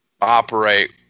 operate